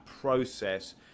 process